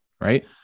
right